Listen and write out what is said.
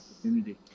opportunity